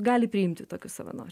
gali priimti tokius savanorius